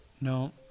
No